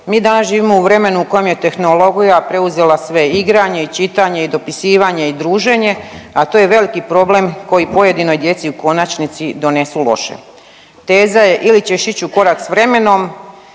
mi danas živimo u vremenu u kojem je tehnologija preuzela sve i igranje i čitanje i dopisivanje i druženje, a to je veliki problem koji pojedinoj djeci u konačnici donesu loše. Teza je ili ćeš ići u korak s vremenom